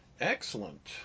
Excellent